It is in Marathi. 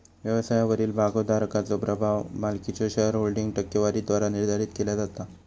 व्यवसायावरील भागोधारकाचो प्रभाव मालकीच्यो शेअरहोल्डिंग टक्केवारीद्वारा निर्धारित केला जाता